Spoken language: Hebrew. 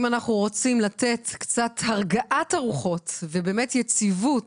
אם אנחנו רוצים לתת קצת הרגעת הרוחות ובאמת יציבות